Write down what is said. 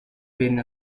venne